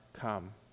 come